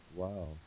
wow